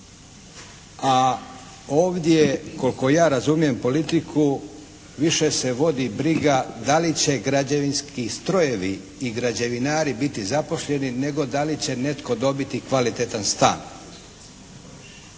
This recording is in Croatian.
a ovdje koliko ja razumijem politiku više se vodi briga da li će građevinski strojevi i građevinari biti zaposleni, nego da li će netko dobiti kvalitetan stan.